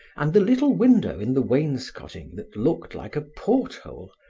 and the little window in the wainscoting that looked like a porthole,